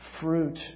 fruit